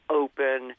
open